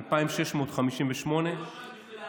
2,658. אדוני,